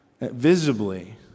visibly